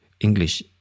English